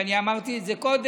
ואני אמרתי את זה קודם,